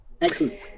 Excellent